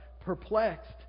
perplexed